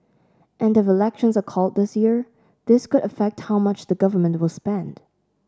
and if elections are called this year this could affect how much the Government will spend